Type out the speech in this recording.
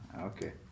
Okay